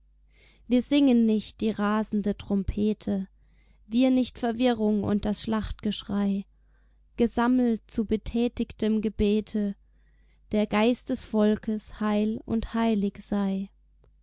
wir singen nicht die rasende trompete wir nicht verwirrung und das schlachtgeschrei gesammelt zu betätigtem gebete der geist des volkes heil und heilig sei